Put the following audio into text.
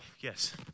Yes